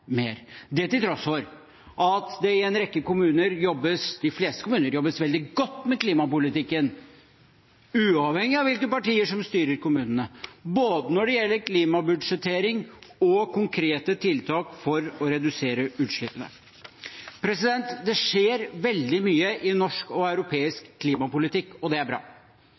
det til tross for at det i de fleste kommuner jobbes veldig godt med klimapolitikken, uavhengig av hvilke partier som styrer kommunene, når det gjelder både klimabudsjettering og konkrete tiltak for å redusere utslippene. Det skjer veldig mye i norsk og europeisk klimapolitikk, og det er bra.